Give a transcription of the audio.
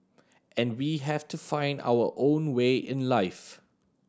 and we have to find our own way in life